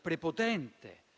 prepotente,